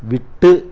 விட்டு